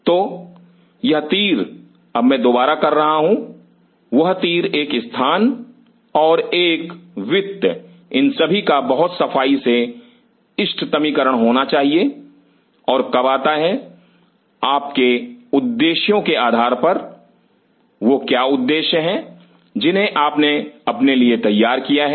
तो यह तीर अब मैं दोबारा कर रहा हूं वह तीर एक स्थान और एक वित्त इन सभी का बहुत सफाई से इष्टतमीकरण होना चाहिए और कब आता है आपके उद्देश्यों के आधार पर वह क्या उद्देश्य हैं जिन्हें आपने अपने लिए तैयार किया है